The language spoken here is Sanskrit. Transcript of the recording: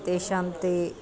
तेषां ते